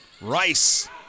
Rice